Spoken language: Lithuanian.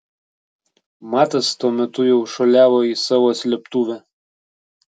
matas tuo metu jau šuoliavo į savo slėptuvę